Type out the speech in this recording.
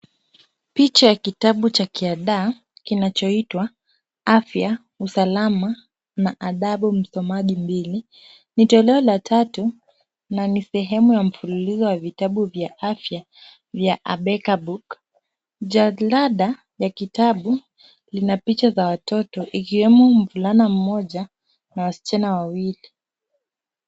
Picha ya kitabu cha kiada kinachoitwa afya, usalama na adabu msomaji mbili, ni toleo la tatu na ni sehemu ya mfululizo wa vitabu vya afya vya A Beka Book. Jalada ya kitabu lina picha za watoto ikiwemo mvulana mmoja na wasichana wawili.